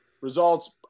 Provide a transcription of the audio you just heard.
results